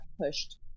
pushed